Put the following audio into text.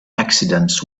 accidents